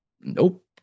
Nope